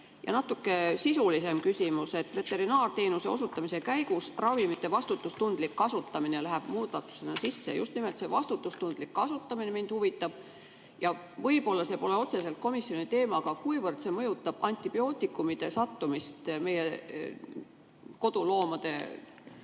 on natuke sisulisem küsimus. Veterinaarteenuse osutamise käigus ravimite vastutustundlik kasutamine läheb muudatusena sisse. Just nimelt see vastutustundlik kasutamine mind huvitab. Ja veel, võib-olla see pole otseselt komisjoni teema, aga kuivõrd see mõjutab antibiootikumide sattumist meie koduloomadesse